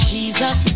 Jesus